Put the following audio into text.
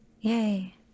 Yay